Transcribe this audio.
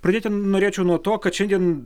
pradėti norėčiau nuo to kad šiandien